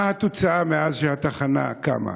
מה התוצאה מאז שהתחנה קמה,